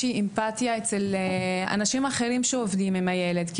שהיא אמפטיה מצדם של אנשים אחרים שעובדים עם הילד,